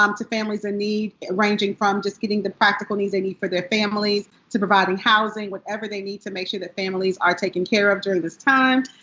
um to families in need. ranging from just getting the practical needs they need for their families to providing housing. whatever they need to make sure that families are taken care of during this time.